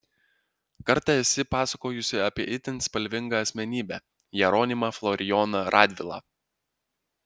kartą esi pasakojusi apie itin spalvingą asmenybę jeronimą florijoną radvilą